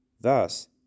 Thus